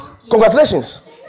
Congratulations